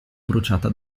bruciata